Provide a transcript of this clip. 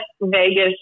Vegas